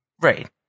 right